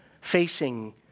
facing